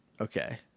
Okay